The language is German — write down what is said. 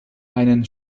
einen